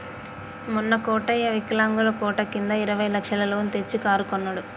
మొన్న కోటయ్య వికలాంగుల కోట కింద ఇరవై లక్షల లోన్ తెచ్చి కారు కొన్నడు